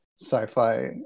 sci-fi